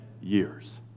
years